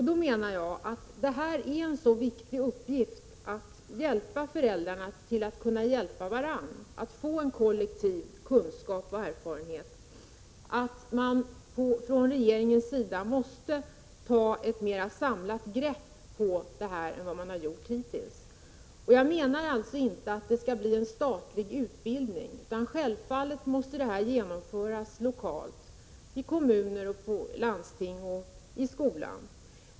Jag menar att det är en så viktig uppgift att hjälpa föräldrarna till att kunna hjälpa varandra, att ge dem kollektiv kunskap och erfarenhet, att man från regeringens sida måste ta ett mer samlat grepp på detta än man har gjort hittills. Jag menar inte att det skall bli en statlig utbildning, utan självfallet måste detta genomföras lokalt i kommuner och landsting i skolan.